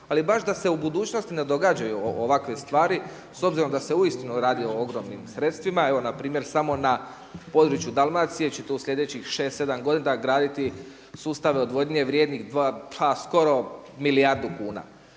ali baš da se u budućnosti ne događaju ovakve stvari s obzirom da se uistinu radi o ogromnim sredstvima. Evo npr. samo na području Dalmacije ćete u sljedećih 6, 7 godina graditi sustave odvodnje vrijednih pa skoro milijardu kuna,